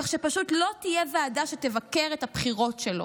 כך שפשוט לא תהיה ועדה שתבקר את הבחירות שלו.